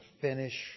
finish